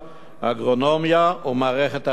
ארגונומיה ומערכת הראייה.